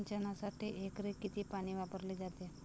सिंचनासाठी एकरी किती पाणी वापरले जाते?